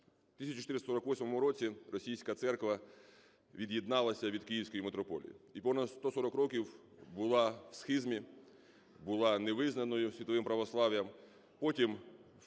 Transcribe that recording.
У 1448 році Російська церква від'єдналася від Київської митрополії і понад 140 років була в схизмі, була не визнаною світовим православ'ям.